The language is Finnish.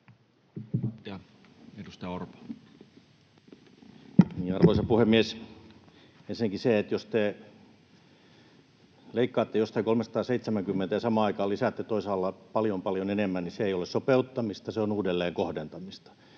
Arvoisa puhemies! Ensinnäkään se, että jos te leikkaatte jostain 370 ja samaan aikaan lisäätte toisaalla paljon, paljon enemmän, ei ole sopeuttamista, se on uudelleenkohdentamista.